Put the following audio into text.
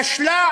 כשלה